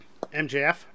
mjf